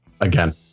again